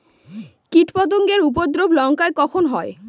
কীটপতেঙ্গর উপদ্রব লঙ্কায় কখন হয়?